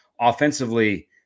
offensively